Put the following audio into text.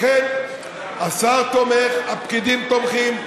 לכן, השר תומך, הפקידים תומכים.